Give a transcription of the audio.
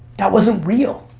that wasn't real,